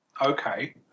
Okay